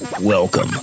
Welcome